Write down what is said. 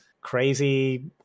crazy